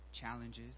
challenges